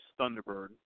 Thunderbird